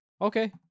okay